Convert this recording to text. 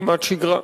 כמעט שגרה.